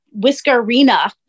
whiskerina